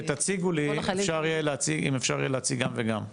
כשתציגו לי, אם אפשר יהיה להציג גם וגם.